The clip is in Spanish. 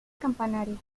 campanario